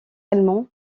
allemand